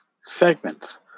Segments